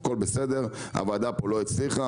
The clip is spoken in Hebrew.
הוועדה פה לא הצליחה,